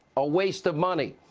a waste of money.